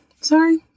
Sorry